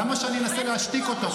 למה שאני אנסה להשתיק אותו?